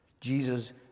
Jesus